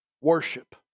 Worship